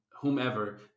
whomever